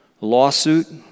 lawsuit